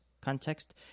context